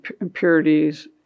impurities